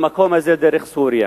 למקום הזה דרך סוריה.